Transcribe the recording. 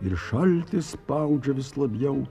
ir šaltis spaudžia vis labiau